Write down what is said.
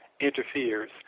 interferes